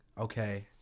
okay